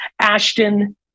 Ashton